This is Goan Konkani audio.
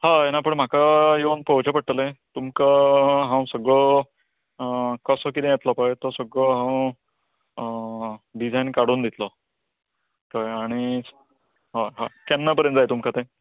होय ना पूण म्हाका येवन पळोवचें पडटलें तुमका हांव सगळो कसो कितें येतलो पळय तो सगळो हांव डिजायन काडून दितलो कळ्ळें आनी होय होय केन्ना परेन जाय तुमका तें